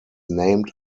named